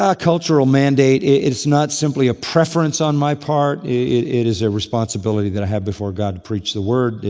ah cultural mandate, it is not simply a preference on my part, it it is a responsibility that i have before god to preach the word.